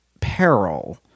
Peril